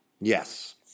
Yes